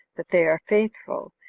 that they are faithful,